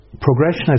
progression